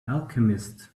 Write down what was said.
alchemist